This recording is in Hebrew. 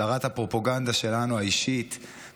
שרת הפרופגנדה האישית שלנו,